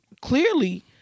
clearly